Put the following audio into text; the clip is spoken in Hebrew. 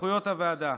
סמכויות הוועדה: